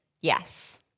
yes